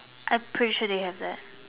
I'm pretty sure they have that